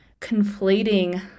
conflating